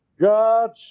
God